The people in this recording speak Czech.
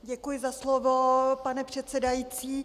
Děkuji za slovo, pane předsedající.